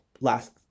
last